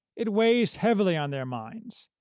it weighs heavily on their minds,